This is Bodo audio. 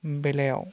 बेलायाव